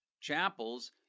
chapels